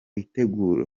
itegura